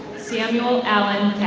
samuel allen